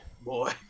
Boy